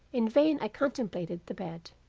in vain i contemplated the bed,